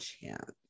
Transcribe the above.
chance